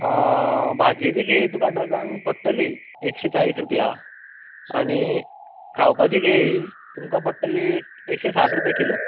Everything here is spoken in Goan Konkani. भाजयेची केळी तुका डजन पडटली एकशे चाळीस रुपया आनी खावपाची केळी तुमका पडटली एकशे सा रुपया किलो